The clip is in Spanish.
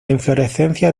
inflorescencia